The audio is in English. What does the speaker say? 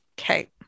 Okay